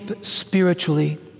spiritually